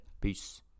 Peace